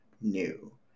new